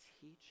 Teach